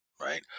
right